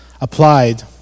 applied